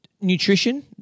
Nutrition